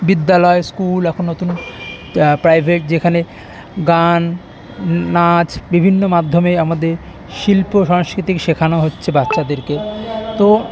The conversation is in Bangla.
বিদ্যালয় স্কুল এখন নতুন প্রাইভেট যেখানে গান নাচ বিভিন্ন মাধ্যমে আমাদের শিল্প সংস্কৃতিকে শেখানো হচ্ছে বাচ্চাদেরকে তো